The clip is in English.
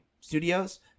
Studios